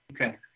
Okay